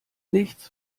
nichts